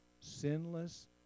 sinless